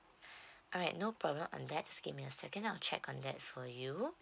alright no problem on that just give me a second I'll check on that for you